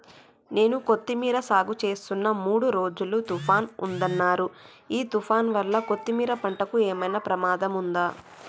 నేను కొత్తిమీర సాగుచేస్తున్న మూడు రోజులు తుఫాన్ ఉందన్నరు ఈ తుఫాన్ వల్ల కొత్తిమీర పంటకు ఏమైనా ప్రమాదం ఉందా?